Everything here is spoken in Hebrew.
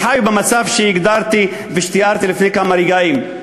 והם חיו במצב שהגדרתי ושתיארתי לפני כמה רגעים.